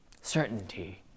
Certainty